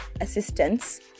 assistance